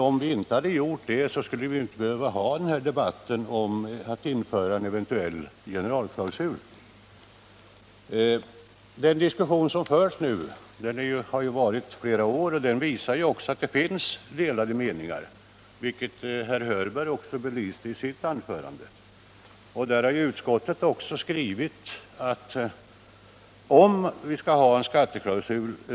Om vi inte har gjort det, skulle vi ju inte behöva ha den här debatten om att införa en generalklausul mot skatteflykt. Den diskussion som nu förs har ju förts under flera år. Den visar att det finns delade meningar, vilket också herr Hörberg belyste i sitt anförande. Detta bestyrks också av utskottets skrivning när det gäller frågan om generalklausul.